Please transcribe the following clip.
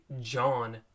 John